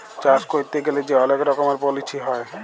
চাষ ক্যইরতে গ্যালে যে অলেক রকমের পলিছি হ্যয়